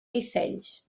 dissenys